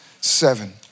seven